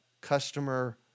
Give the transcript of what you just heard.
customer